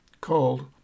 called